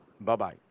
Bye-bye